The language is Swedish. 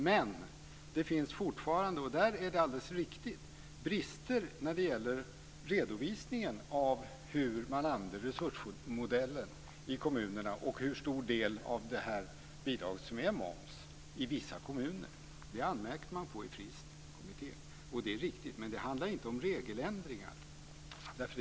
Men det finns fortfarande - det är alldeles riktigt - i vissa kommuner brister i redovisningen av hur man använt resursmodellen i kommunerna och hur stor del av bidraget som är moms. Det anmärkte man på i Fristkommittén. Det är riktigt, men det handlar inte om regeländringar.